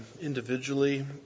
individually